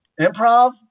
improv